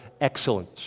excellence